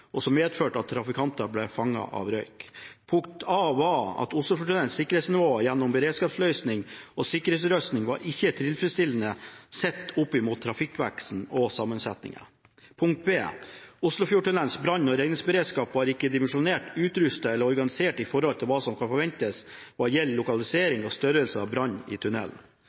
sikkerhetsnivå gjennom beredskapsløsning og sikkerhetsutrustning var ikke tilfredsstillende sett opp mot trafikkveksten og -sammensetningen. Oslofjordtunnelens brann- og redningsberedskap var ikke dimensjonert, utrustet eller organisert i forhold til hva som kan forventes hva gjelder lokalisering og størrelse av branner i tunnelen.